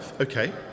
Okay